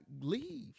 leave